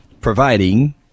providing